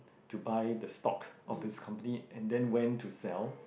to buy the stock of this company and then when to sell